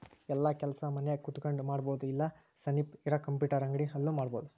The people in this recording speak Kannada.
ಯೆಲ್ಲ ಕೆಲಸ ಮನ್ಯಾಗ ಕುಂತಕೊಂಡ್ ಮಾಡಬೊದು ಇಲ್ಲ ಸನಿಪ್ ಇರ ಕಂಪ್ಯೂಟರ್ ಅಂಗಡಿ ಅಲ್ಲು ಮಾಡ್ಬೋದು